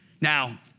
Now